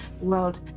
World